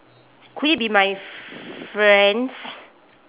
could it be my friends